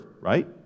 right